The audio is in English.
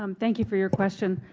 um thank you for your question.